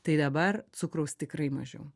tai dabar cukraus tikrai mažiau